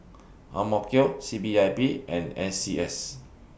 C P I B and N C S